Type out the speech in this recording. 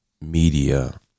media